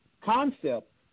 concept